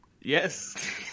Yes